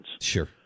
Sure